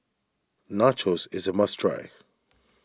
Nachos is a must try